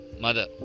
mother